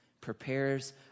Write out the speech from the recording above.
prepares